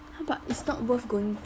!huh! but it's not worth going